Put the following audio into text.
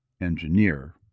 engineer